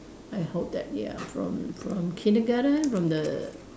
I hope that ya from from Kindergarten from the